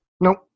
Nope